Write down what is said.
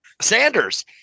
Sanders